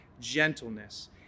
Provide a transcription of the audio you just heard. gentleness